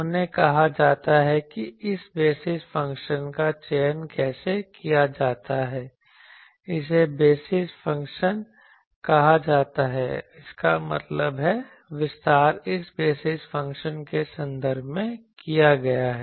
उन्हें कहा जाता है कि इस बेसिस फंक्शन का चयन कैसे किया जाता है इन्हें बेसिस फंक्शन कहा जाता है इसका मतलब है विस्तार इस बेसिस फंक्शन के संदर्भ में किया गया है